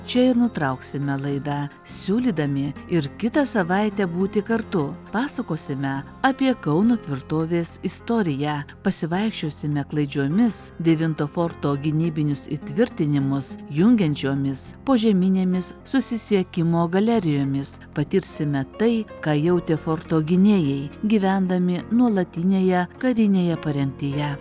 čia ir nutrauksime laidą siūlydami ir kitą savaitę būti kartu pasakosime apie kauno tvirtovės istoriją pasivaikščiosime klaidžiomis devinto forto gynybinius įtvirtinimus jungiančiomis požeminėmis susisiekimo galerijomis patirsime tai ką jautė forto gynėjai gyvendami nuolatinėje karinėje parengtyje